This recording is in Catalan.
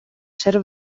ser